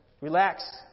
Relax